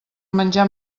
menjar